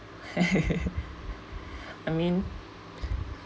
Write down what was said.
I mean